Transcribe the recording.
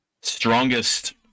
strongest